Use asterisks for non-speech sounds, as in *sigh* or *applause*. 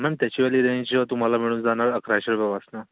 ma'am त्याचीवाली range तुम्हाला मिळून जाणार अकराशे *unintelligible* पासनं